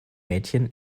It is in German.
mädchen